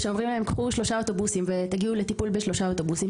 או שאומרים להם "קחו שלושה אוטובוסים ותגיעו לטיפול בשלושה אוטובוסים"